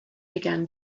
began